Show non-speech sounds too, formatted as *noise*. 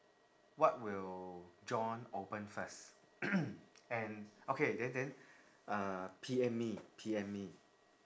what will john open first *coughs* and okay then then uh P_M me P_M me